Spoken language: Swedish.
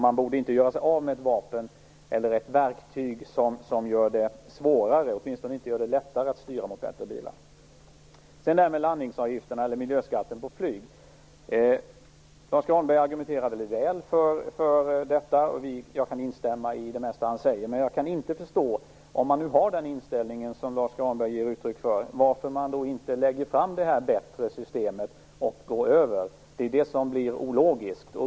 Man borde inte göra sig av med ett verktyg som gör det lättare, eller åtminstone inte gör det svårare, att styra mot bättre bilar. Jag går så över till det här med landningsavgifter eller miljöskatt på flyg. Lars U Granberg argumenterar väldigt väl här, och jag kan instämma i det mesta han säger. Men jag kan inte förstå en sak: Om man nu har den inställning som Lars U Granberg ger uttryck för, varför lägger man då inte fram det här bättre systemet och går över till det? Det är det som blir ologiskt.